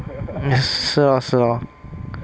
是 lor 是 lor